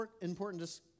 important